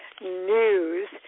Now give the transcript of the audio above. news